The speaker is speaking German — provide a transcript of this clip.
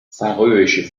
färöische